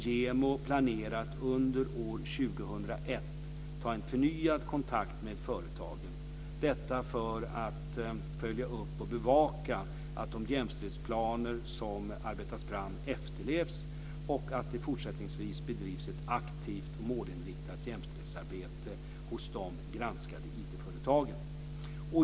JämO planerar att under år 2001 ta en förnyad kontakt med företagen, detta för att följa upp och bevaka att de jämställdhetsplaner som arbetats fram efterlevs och att det fortsättningsvis bedrivs ett aktivt och målinriktat jämställdhetsarbete hos de granskade IT företagen.